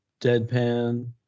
Deadpan